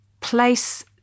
place